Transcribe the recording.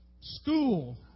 School